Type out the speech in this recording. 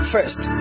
First